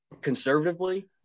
conservatively